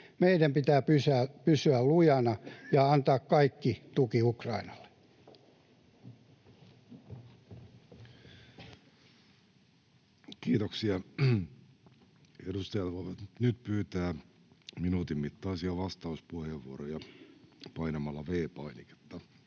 Meidän pitää pysyä lujana ja antaa kaikki tuki Ukrainalle. Kiitoksia. — Edustajat voivat nyt pyytää minuutin mittaisia vastauspuheenvuoroja painamalla V-painiketta.